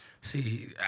See